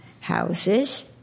houses